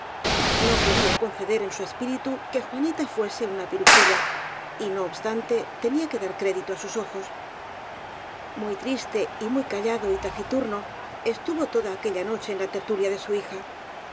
no quería conceder en su espíritu que juanita fuese una pirujilla y no obstante tenía que dar crédito á sus ojos muy triste y muy callado y taciturno estuvo toda aquella noche en la tertulia de su hija